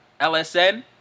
LSN